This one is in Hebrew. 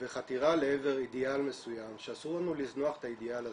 וחתירה לעבר אידיאל מסוים שאסור לנו לזנוח את האידיאל הזה.